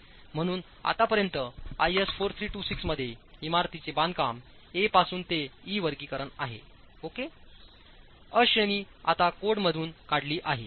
म्हणून आतापर्यंत IS 4326 मध्ये इमारतींचे बांधकाम ए पासून ते ई वर्गीकरण आहे ओकेअ श्रेणी आता कोडमधून काढली आहे